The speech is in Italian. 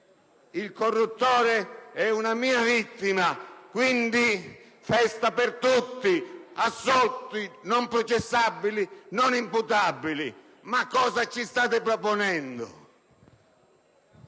il corruttore è una loro vittima. Quindi, festa per tutti! Assolti, non processabili, non imputabili! Ma cosa ci state proponendo!